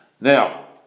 Now